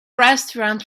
restaurant